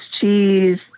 cheese